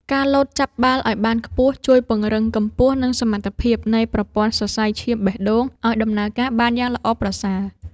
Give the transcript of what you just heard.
ការលោតចាប់បាល់ឱ្យបានខ្ពស់ជួយពង្រឹងកម្ពស់ និងសមត្ថភាពនៃប្រព័ន្ធសរសៃឈាមបេះដូងឱ្យដំណើរការបានយ៉ាងល្អប្រសើរ។